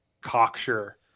cocksure